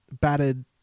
battered